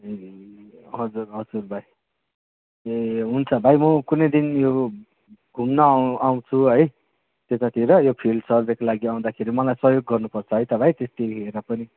ए हजुर हजुर भाइ ए हुन्छ भाइ म कुनै दिन यो घुम्न आउँछु है त्यतातिर यो फिल्ड सर्भेको लागि आउँदाखेरि मलाई सहयोग गर्नुपर्छ है त भाइ त्यत्तिखेर पनि